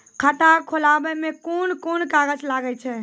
खाता खोलावै मे कोन कोन कागज लागै छै?